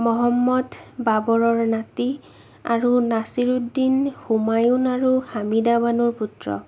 মহম্মদ বাবৰৰ নাতি আৰু নাচিৰুদ্দিন হুমায়ুন আৰু হামিদাবানুৰ পুত্ৰ